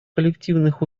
коллективных